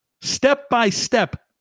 step-by-step